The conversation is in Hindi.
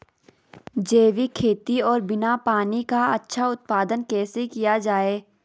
जैविक खेती और बिना पानी का अच्छा उत्पादन कैसे किया जाए?